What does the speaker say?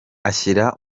ashyira